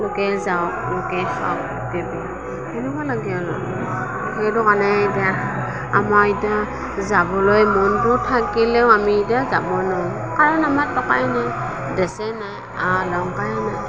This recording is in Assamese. লোকে যাওঁক লোকে খাওঁক সেনেকুৱা লাগে আৰু সেইটো কাৰণে এতিয়া আমাৰ এতিয়া যাবলৈ মনটো থাকিলেও আমি এতিয়া যাব নোৱাৰোঁ কাৰণ আমাৰ টকাই নাই ডেছে নাই আ অলংকাৰে নাই